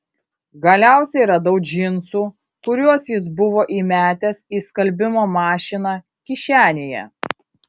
galiausiai radau džinsų kuriuos jis buvo įmetęs į skalbimo mašiną kišenėje